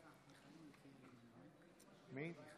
מי?